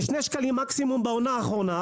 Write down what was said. בשני שקלים מקסימום בעונה האחרונה,